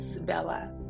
Bella